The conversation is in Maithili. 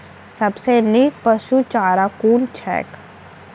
सबसँ नीक पशुचारा कुन छैक?